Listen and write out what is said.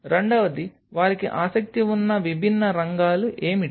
రెండవది వారికి ఆసక్తి ఉన్న విభిన్న రంగాలు ఏమిటి